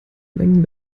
mengen